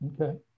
Okay